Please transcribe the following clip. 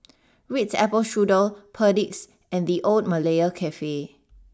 Ritz Apple Strudel Perdix and the Old Malaya Cafe